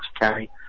carry